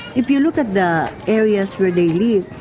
if you look at the areas where they live,